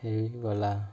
ହେଇଗଲା